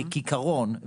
כעיקרון,